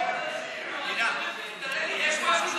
תראה לי איפה פה.